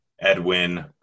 Edwin